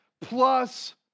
plus